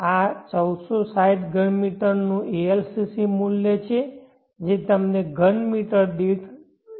આ 1460 ઘન મીટર નું ALCC મૂલ્ય છે જે તમને ઘન મીટર દીઠ 10